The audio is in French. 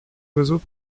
oiseaux